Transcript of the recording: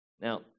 Now